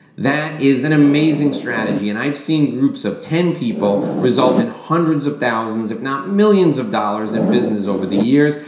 that is an amazing strategy and i've seen groups of ten people result in hundreds of thousands, if not millions of dollars in business over the years.